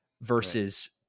versus